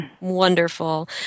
Wonderful